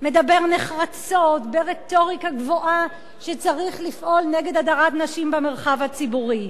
מדבר נחרצות ברטוריקה גבוהה שצריך לפעול נגד הדרת נשים במרחב הציבורי.